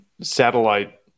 Satellite